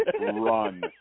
Run